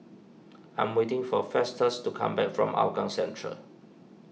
I am waiting for Festus to come back from Hougang Central